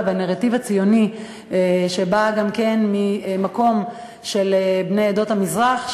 והנרטיב הציוני שבא גם מהמקום של בני עדות המזרח,